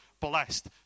blessed